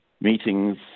meetings